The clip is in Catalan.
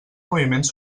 moviments